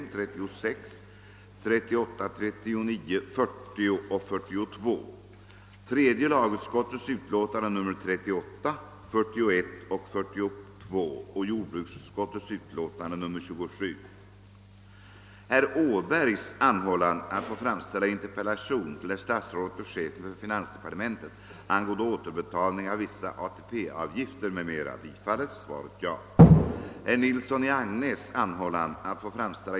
Därefter lämnas svar på ytterligare interpellationer, och därpå följer en frågestund som kommer att fortsättas till dess samtliga på föredragningslistan upptagna frågor besvarats.